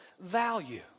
value